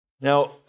Now